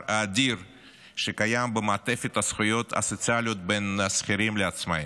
האדיר שקיים במעטפת הזכויות הסוציאליות בין שכירים לעצמאים.